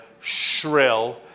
shrill